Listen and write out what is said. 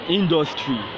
industry